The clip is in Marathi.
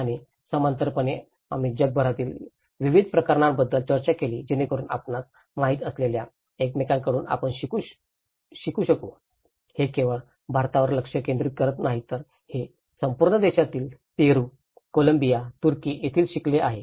आणि समांतरपणे आम्ही जगभरातील विविध प्रकरणांबद्दल चर्चा केली जेणेकरून आपणास माहित असलेल्या एकमेकांकडून आपण शिकू शकू हे केवळ भारतावर लक्ष केंद्रित करत नाही तर हे संपूर्ण जगातील पेरू कोलंबिया तुर्की येथून शिकले आहे